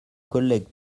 collègues